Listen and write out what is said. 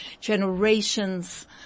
Generations